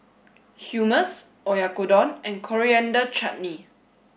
Hummus Oyakodon and Coriander Chutney